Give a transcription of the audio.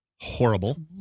horrible